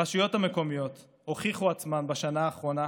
הרשויות המקומיות הוכיחו עצמן בשנה האחרונה